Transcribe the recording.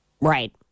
Right